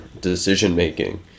decision-making